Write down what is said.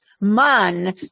man